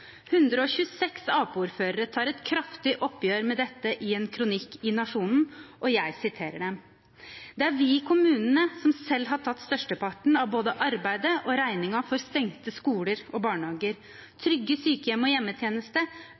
126 Arbeiderparti-ordførere tar et kraftig oppgjør med dette i en kronikk i Nationen: «Det er vi kommunene som selv har tatt størsteparten av både arbeidet og regningen for stengte skoler og barnehager, trygge sykehjem og hjemmetjeneste,